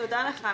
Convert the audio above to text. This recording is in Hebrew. תודה לך.